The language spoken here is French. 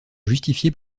justifié